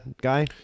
guy